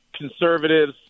Conservatives